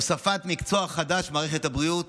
הוספת מקצוע חדש במערכת הבריאות,